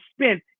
spent